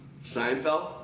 Seinfeld